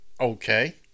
okay